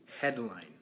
headline